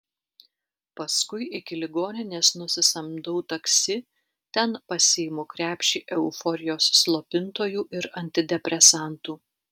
paskui iki ligoninės nusisamdau taksi ten pasiimu krepšį euforijos slopintojų ir antidepresantų